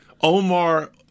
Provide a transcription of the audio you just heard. Omar